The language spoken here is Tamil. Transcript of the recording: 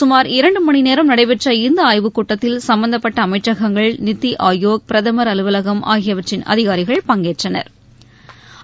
சுமார் இரண்டு மணி நேரம் நடைபெற்ற இந்த ஆய்வுக் கூட்டத்தில் சும்பந்தப்பட்ட அமைச்சகங்கள் நித்தி ஆயோக் பிரதமா் அலுவலகம் ஆகியவற்றின் அதிகாரிகள் பங்கேற்றனா்